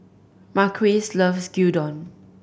Marquise loves Gyudon